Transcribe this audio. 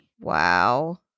Wow